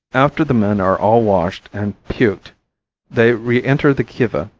after the men are all washed and puked they re-enter the kiva,